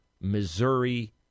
Missouri